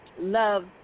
love